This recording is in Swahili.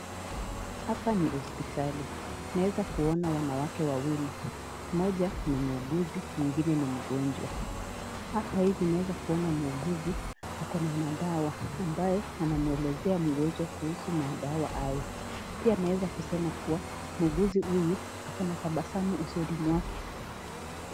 Hapa ni hospitali, naeza kuona wanawake wawili, mmoja ni muuguzi mwengine ni mgonjwa. Hapa hivi naweza kuona muuguzi akona madawa ambaye anamwelezea mgonjwa kuhusu madawa hayo. Pia naweza kusema kuwa muuguzi huyu akona tabasamu usoni kwake.